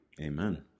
Amen